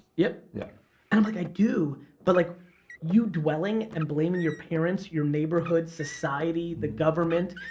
yep yeah and i'm like i do but like you dwelling and blaming your parents, your neighborhood, society, the government,